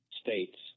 states